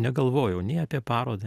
negalvojau nei apie parodą